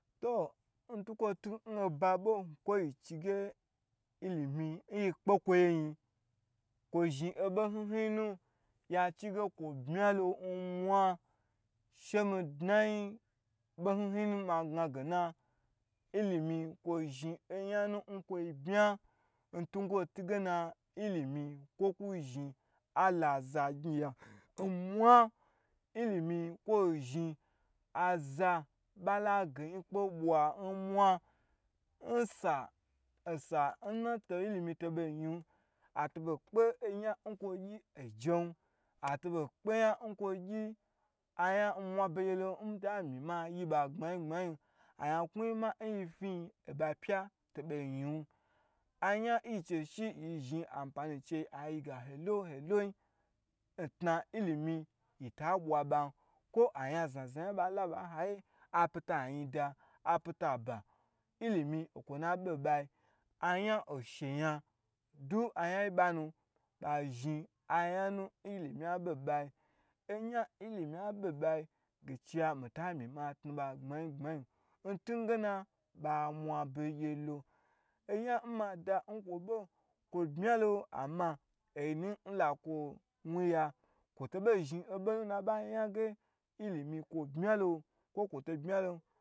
To ntuwkwo tu n oba bo kwo yi chi ge ilimi nyi kpekwoyein kwo zhin obo hn hn yi nu ya chige kwo bye lo shemi dnayi kwo bye lo ma gna ge na ilimi kwo zhin oyan nu nkwo bye n tugena ilimi kwo la zhin alaza gniya nmwa ilimi zhin aza ba la geyi kpe bwa n mwai n sa n ilimi to boi yin atobo zhin akpeyan kwo gyi ge ojan n, atobu akpu, ayan mwa begye n mita mi ma yi ba gbayin gbayin, ayan ku nyi fiyin obapya to bei nyn, ayan nyi che she anpani chei yi gni ge helo helo yin, n tna ilimi yita bwa bau kwo ayan zhna ozhna apita ayin da, apita aba ilimi into kwonu na be nbayi, kwo ayan osheyan du ayan nbanu ba zhin ayan nlimi be nbayi, ayan nilimi abe nba yi mita mi ma lnu ma tun ba, intugena bamwa begye lo ho yan miya mada ntukwo bo oyinu lakwo wuya, kwo to bei zhin obonu nna ba yan ge ilimi kwo bye lo kwo kwo to bye lon